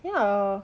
ya